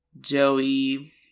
Joey